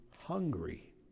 hungry